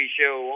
show